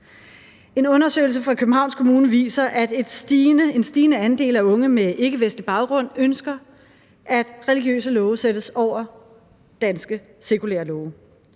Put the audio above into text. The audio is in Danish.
En undersøgelse fra Københavns Kommune viser, at en stigende andel af unge med ikkevestlig baggrund ønsker, at religiøse love sættes over danske sekulære love.